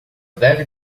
deve